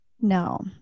No